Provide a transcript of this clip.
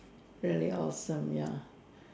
really awesome ya